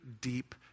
deep